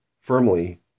firmly